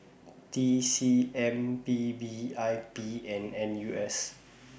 T C M P B I P and N U S